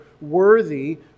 worthy